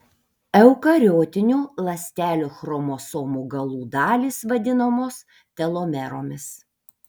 eukariotinių ląstelių chromosomų galų dalys vadinamos telomeromis